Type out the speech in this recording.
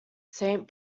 saint